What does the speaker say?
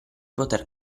poter